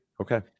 Okay